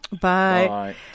Bye